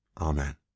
Amen